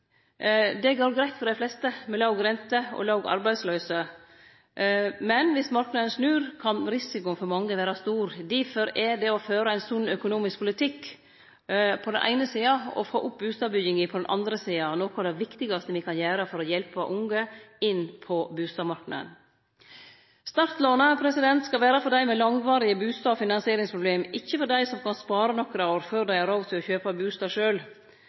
Det går greitt for dei fleste – med låge renter og låg arbeidsløyse. Men dersom marknaden snur, kan risikoen for mange vere stor. Difor er det å føre ein sunn økonomisk politikk på den eine sida – og å få opp bustadbygginga på den andre sida – noko av det viktigaste me kan gjere for å hjelpe unge inn på bustadmarknaden. Startlånet skal vere for dei med langvarige bustad- og finansieringsproblem – ikkje for dei som kan spare nokre år før dei har råd til å kjøpe bustad